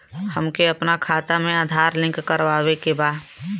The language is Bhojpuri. हमके अपना खाता में आधार लिंक करावे के बा?